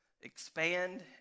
Expand